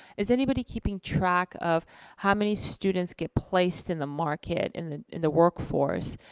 is anybody keeping track of how many students get placed in the market, in the in the workforce?